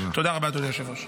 תודה רבה, אדוני היושב-ראש.